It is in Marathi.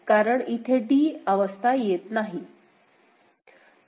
कारण इथे d ही अवस्था येत नाही